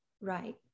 Right